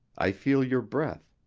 i feel your breath,